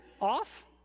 off